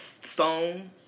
stone